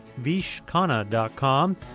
vishkana.com